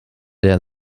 der